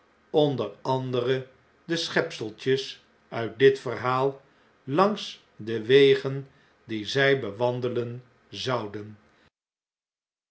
onder anderen de schepseltjes uit dit verhaal langs de wegen die zj bewandelen zouden